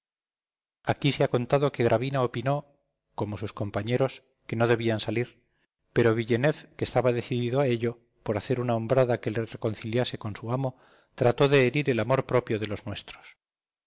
aquí se ha contado que gravina opinó como sus compañeros que no debían salir pero villeneuve que estaba decidido a ello por hacer una hombrada que le reconciliase con su amo trató de herir el amor propio de los nuestros